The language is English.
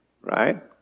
right